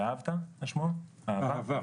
אהב"ה,